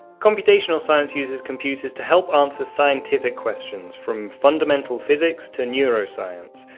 computational science uses computers to help answer scientific questions from fundamental physics to neuroscience,